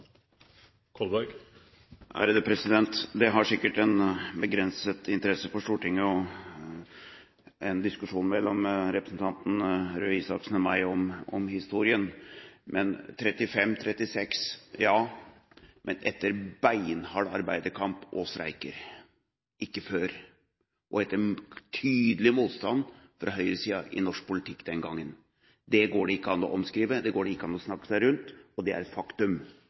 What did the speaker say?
En diskusjon mellom representanten Røe Isaksen og meg om historien har sikkert begrenset interesse for Stortinget. Men: 1935 og 1936 – ja, men etter arbeiderkamp og streiker, ikke før, og etter tydelig motstand fra høyresiden i norsk politikk den gangen. Det går det ikke an å omskrive, det går ikke an å snakke seg rundt. Det er et faktum.